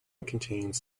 contains